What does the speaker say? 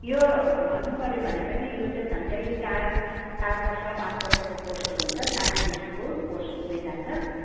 यो भन्नु पऱ्यो भने पनि यो चाहिँ झन्डै चार चार बर्ष पाँच बर्षको कोर्सहरू हुन्छ सानैदेखिको कोर्स हुँदै जान्छ